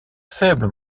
faible